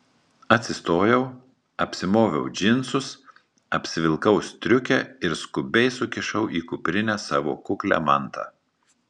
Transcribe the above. atsistojau apsimoviau džinsus apsivilkau striukę ir skubiai sukišau į kuprinę savo kuklią mantą